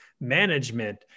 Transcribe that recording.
management